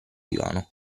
divano